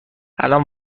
الان